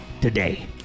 today